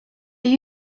are